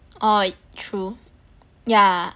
oh true yeah